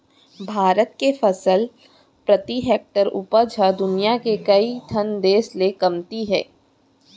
भारत के फसल प्रति हेक्टेयर उपज ह दुनियां के कइ ठन देस ले कमती हे